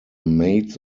maids